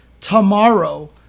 tomorrow